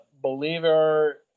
believer